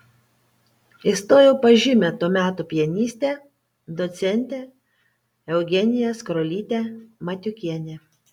įstojau pas žymią to meto pianistę docentę eugeniją skrolytę matiukienę